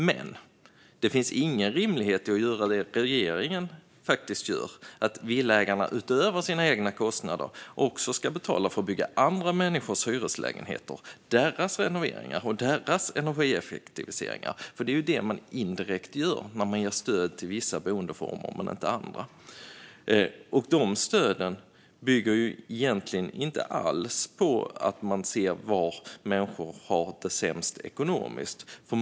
Men det finns ingen rimlighet i att göra det regeringen gör. Villaägarna ska utöver sina egna kostnader också betala för att bygga andra människors hyreslägenheter och betala för deras renoveringar och deras energieffektiviseringar. Det är det de indirekt gör när man ger stöd till vissa boendeformer men inte andra. Stöden bygger egentligen inte alls på var människor har det sämst ekonomiskt.